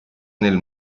nel